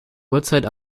uhrzeit